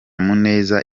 muneza